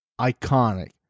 iconic